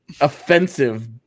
offensive